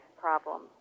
problem